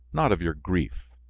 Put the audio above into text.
not of your grief.